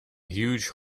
huge